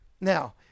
Now